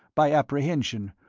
by apprehension,